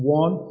one